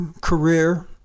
career